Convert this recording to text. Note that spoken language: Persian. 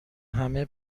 همه